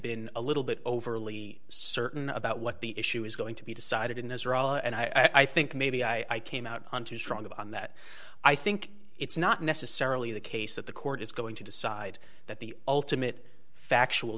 been a little bit overly certain about what the issue is going to be decided in as are all and i think maybe i came out on too strong of on that i think it's not necessarily the case that the court is going to decide that the ultimate factual